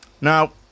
Now